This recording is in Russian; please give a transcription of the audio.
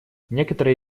некоторые